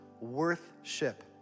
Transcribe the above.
worth-ship